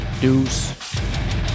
deuce